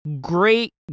Great